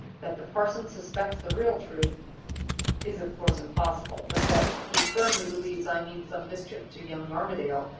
that the parson suspects the real truth is of course impossible. but that he firmly believes i mean some mischief to young armadale,